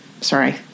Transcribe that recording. Sorry